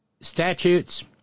statutes